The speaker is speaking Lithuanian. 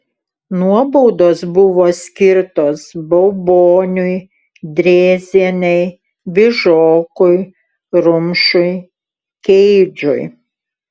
nuobaudos buvo skirtos bauboniui drėzienei bižokui rumšui keidžui